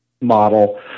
model